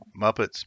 muppets